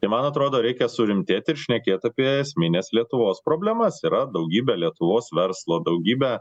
tai man atrodo reikia surimtėt ir šnekėt apie esmines lietuvos problemas yra daugybė lietuvos verslo daugybę